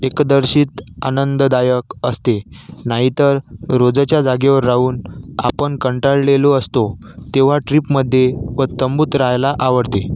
एकदर्शीत आनंददायक असते नाहीतर रोजच्या जागेवर राहून आपण कंटाळलेलो असतो तेव्हा ट्रीपमध्ये व तंबूत राहायला आवडते